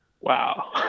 wow